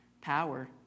power